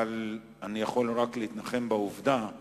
אבל אני יכול רק להתנחם בעובדה הכפולה,